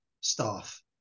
staff